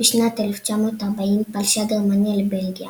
בשנת 1940 פלשה גרמניה לבלגיה.